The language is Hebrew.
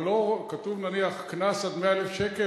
כתוב, נניח: קנס עד 100,000 שקל.